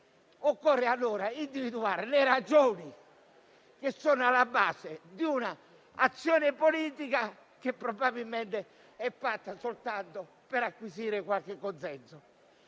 Occorre allora individuare le ragioni che sono alla base di un'azione politica che probabilmente è fatta soltanto per acquisire qualche consenso.